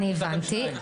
אני הבנתי.